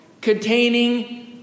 containing